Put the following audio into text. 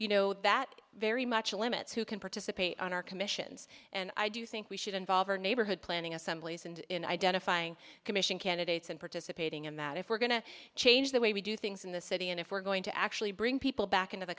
you know that very much limits who can participate on our commissions and i do think we should involve our neighborhood planning assemblies and in identifying commission candidates and participating in that if we're going to change the way we do things in the city and if we're going to actually bring people back into the